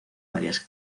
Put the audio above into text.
varias